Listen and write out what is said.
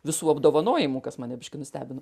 visų apdovanojimu kas mane biškį nustebino